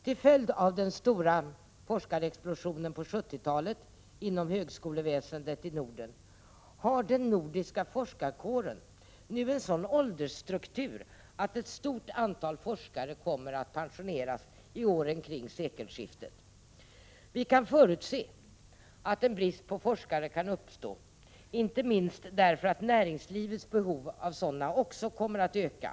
Till följd av den stora forskarexplosionen på 1970-talet inom högskoleväsendet i Norden har den nordiska forskarkåren 7n nu en sådan åldersstruktur att ett stort antal forskare kommer att pensioneras vid åren kring sekelskiftet. Vi kan förutse att en brist på forskare kan uppstå inte minst därför att näringslivets behov av sådana också kommer att öka.